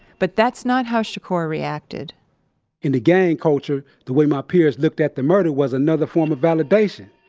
but that's not how shakur reacted in the gang culture, the way my peers looked at the murder was another form of validation.